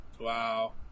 Wow